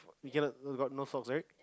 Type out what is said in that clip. we gathered you got no source right